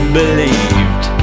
believed